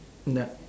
yup